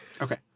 Okay